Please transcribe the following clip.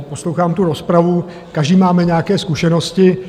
Poslouchám tu rozpravu, každý máme nějaké zkušenosti.